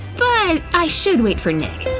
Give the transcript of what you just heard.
but i should wait for nick.